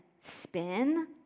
spin